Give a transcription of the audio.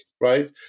right